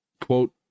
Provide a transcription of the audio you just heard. quote